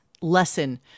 lesson